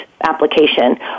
application